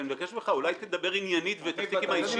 אני מבקש ממך שאולי תדבר עניינית ותפסיק עם האישית.